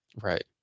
right